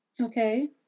Okay